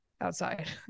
outside